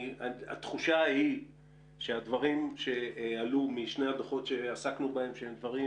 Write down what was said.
התחושה היא שהדברים שעלו משני הדוחות שעסקנו בהם הם דברים